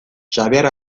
xabier